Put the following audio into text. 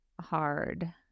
hard